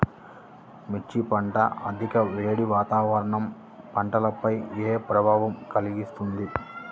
మిర్చి పంట అధిక వేడి వాతావరణం పంటపై ఏ ప్రభావం కలిగిస్తుంది?